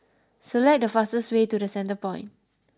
select the fastest way to The Centrepoint